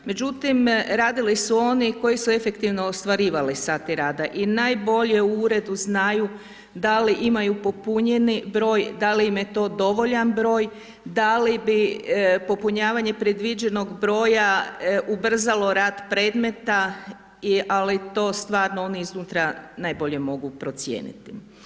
Međutim, radili su oni koji su efektivno ostvarivali sate rada i najbolje u uredu znaju da li imaju popunjeni broj, da li im je to dovoljan broj, da li popunjavanje predviđenog broja ubrzalo rad predmeta, ali to stvarno oni iznutra najbolje mogu procijeniti.